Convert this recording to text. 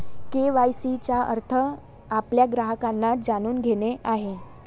KYC चा अर्थ आपल्या ग्राहकांना जाणून घेणे आहे